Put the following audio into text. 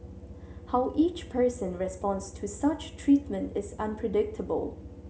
how each person responds to such treatment is unpredictable